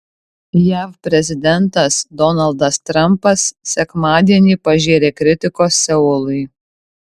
jav prezidentas donaldas trampas sekmadienį pažėrė kritikos seului